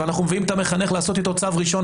ואנחנו מביאים את המחנך לעשות איתו צו ראשון,